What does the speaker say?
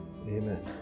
Amen